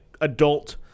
adult